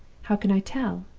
how can i tell?